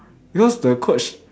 because the coach